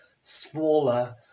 smaller